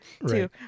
Right